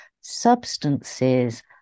substances